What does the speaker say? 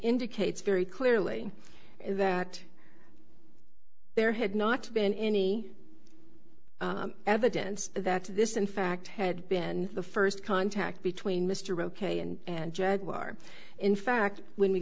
indicates very clearly that there had not been any evidence that this in fact had been the first contact between mr ok and jaguar in fact when we